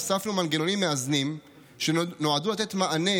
הוספנו מנגנונים מאזנים שנועדו לתת מענה